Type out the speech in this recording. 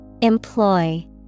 Employ